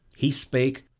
he spake,